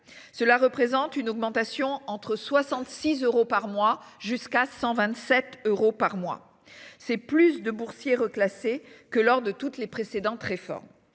Cela représente une augmentation entre 66 euros par mois jusqu'à 127 euros par mois, c'est plus de boursiers reclasser que lors de toutes les précédentes réformes